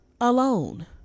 alone